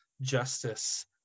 justice